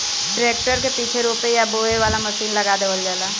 tractor के पीछे रोपे या बोवे वाला मशीन लगा देवल जाला